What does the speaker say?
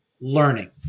learning